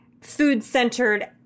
food-centered